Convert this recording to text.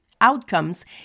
outcomes